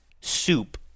soup